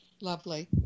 lovely